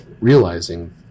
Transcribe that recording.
realizing